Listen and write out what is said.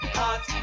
hot